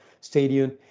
stadium